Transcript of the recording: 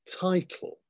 title